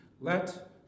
Let